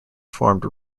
formed